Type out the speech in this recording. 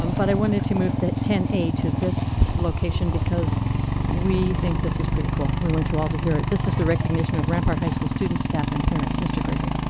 um but i wanted to move ten a to this location, because we think this is pretty cool. we want you all to hear it. this is the recognition of rampart high school students, staff, and parents. mr. gregory.